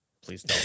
Please